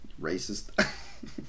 Racist